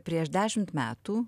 prieš dešimt metų